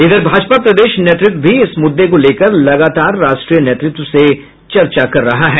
इधर भाजपा प्रदेश नेतृत्व भी इस मुद्दे को लेकर लगातार राष्ट्रीय नेतृत्व से चर्चा कर रहा है